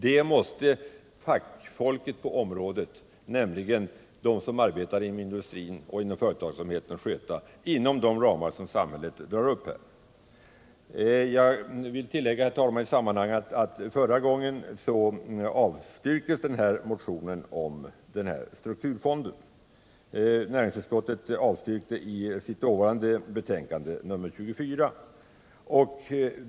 Det måste fackfolket på området, nämligen de som arbetar inom industrin och företagsamheten, sköta inom de ramar samhället drar upp. Jag vill tillägga, herr talman, att förra gången den här frågan behandlades avstyrktes motionen om en strukturfond av näringsutskottet i dess betänkande nr 24.